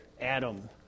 Adam